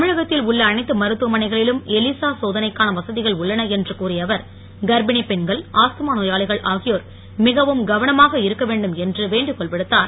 தமிழகத்தில் உள்ள அனைத்து மருத்துவமனைகளிலும் எலிசா சோதனைக்கான வசதிகள் உள்ளன என்று கூறிய அவர் கர்ப்பிணி பெண்கள் ஆஸ்த்துமா நோயாளிகள் ஆகியோர் மிகவும் கவனமாக இருக்க வேண்டும் என்று வேண்டுகோள் விடுத்தார்